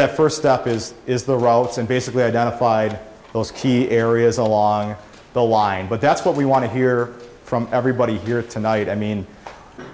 that first up is is the routes and basically identified those key areas along the line but that's what we want to hear from everybody here tonight i mean